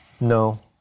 No